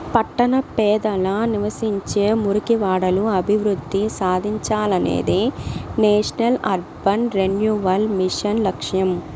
పట్టణ పేదలు నివసించే మురికివాడలు అభివృద్ధి సాధించాలనేదే నేషనల్ అర్బన్ రెన్యువల్ మిషన్ లక్ష్యం